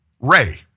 Ray